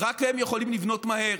רק הם יכולים לבנות מהר.